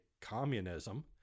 communism